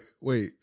wait